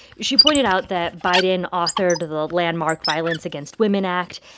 she pointed out that biden authored the landmark violence against women act.